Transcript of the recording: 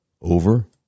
over